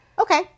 Okay